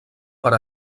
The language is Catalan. per